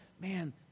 man